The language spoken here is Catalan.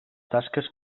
tasques